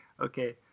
Okay